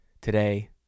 Today